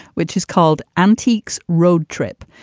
which is called antiques road trip.